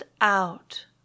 out